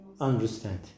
Understand